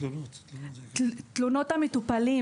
תלונות המטופלים,